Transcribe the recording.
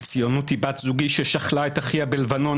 הציונות היא בת זוגי שכלה את אחיה בלבנון,